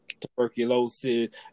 tuberculosis